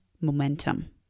momentum